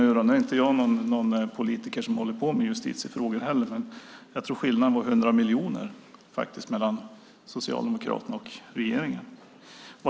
Nu håller jag som politiker inte på med justitiefrågor, men jag tror att skillnaden mellan Socialdemokraterna och regeringen var 100 miljoner.